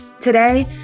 Today